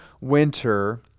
winter